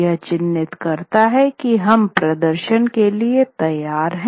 यह चिह्नित करता है कि हम प्रदर्शन के लिए तैयार हैं